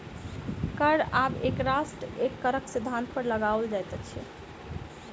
कर आब एक राष्ट्र एक करक सिद्धान्त पर लगाओल जाइत अछि